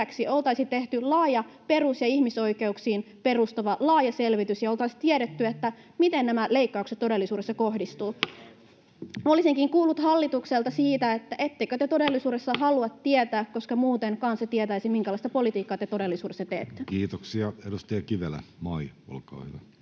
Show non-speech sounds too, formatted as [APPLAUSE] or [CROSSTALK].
oltaisiin tehty laaja perus- ja ihmisoikeuksiin perustuva selvitys ja oltaisiin tiedetty, miten nämä leikkaukset todellisuudessa kohdistuvat. [NOISE] Olisinkin kysynyt hallitukselta siitä, [NOISE] ettekö te todellisuudessa halua tietää, koska muuten kansa tietäisi, minkälaista politiikkaa te todellisuudessa teette. [Speech 134] Speaker: Jussi Halla-aho